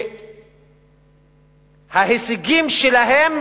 שההישגים שלהם